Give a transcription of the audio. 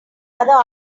other